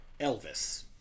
Elvis